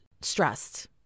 stressed